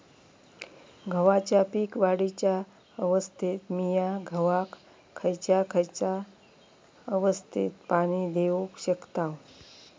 गव्हाच्या पीक वाढीच्या अवस्थेत मिया गव्हाक खैयचा खैयचा अवस्थेत पाणी देउक शकताव?